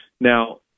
Now